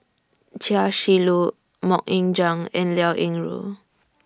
Chia Shi Lu Mok Ying Jang and Liao Yingru